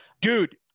dude